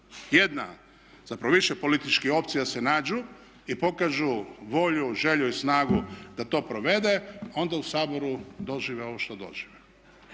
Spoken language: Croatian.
jedna, zapravo više političkih opcija se nađu i pokažu volju, želju i snagu da to provede, onda u Saboru dožive ovo što dožive.